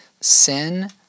Sin